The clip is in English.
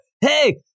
Hey